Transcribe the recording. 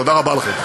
תודה רבה לכם.